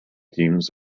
teams